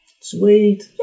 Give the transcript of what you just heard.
Sweet